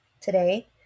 today